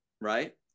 right